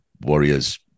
warriors